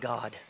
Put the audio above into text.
God